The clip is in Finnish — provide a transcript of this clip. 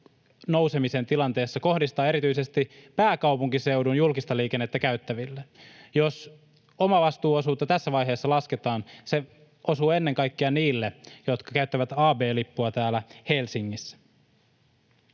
nousemisen tilanteessa kohdistaa erityisesti pääkaupunkiseudun julkista liikennettä käyttäville. Jos omavastuuosuutta tässä vaiheessa lasketaan, se osuu ennen kaikkea niille, jotka käyttävät AB-lippua täällä Helsingissä.